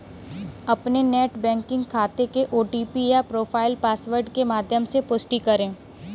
अपने net banking खाते के ओ.टी.पी या प्रोफाइल पासवर्ड के माध्यम से पुष्टि करें